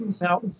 Now